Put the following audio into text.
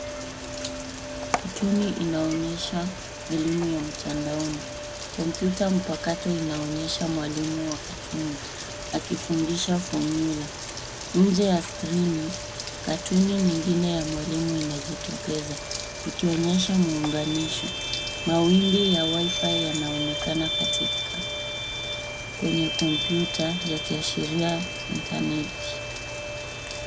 Katuni inaonyesha elimu ya mtandaoni. Komputa mpakato inaonyesha mwalimu wa katuni akifudisha fumula. Nje ya skrini katuni ingine ya mwalimu inajitokeza ikionyesha muuganisho. Mawimbi ya [wifi] katika kwenye komputa ikiashiria [interneti].